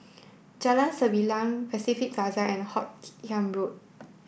Jalan Sembilang Pacific Plaza and Hoot Kiam Road